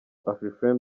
afrifame